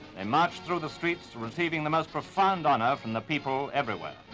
they march through the streets to receiving the most profound honor from the people everywhere.